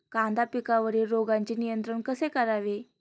कांदा पिकावरील रोगांचे नियंत्रण कसे करावे?